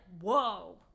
whoa